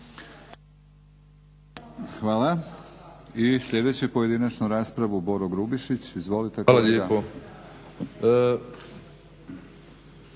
Hvala. I sljedeći u pojedinačnoj raspravi Boro Grubišić- Izvolite kolega.